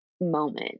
moment